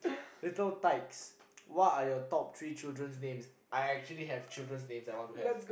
little types what are your top three children's names I actually have children names I want to have